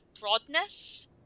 broadness